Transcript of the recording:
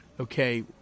Okay